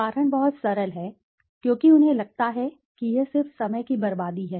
कारण बहुत सरल है क्योंकि उन्हें लगता है कि यह सिर्फ समय की बर्बादी है